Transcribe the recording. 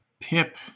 Pip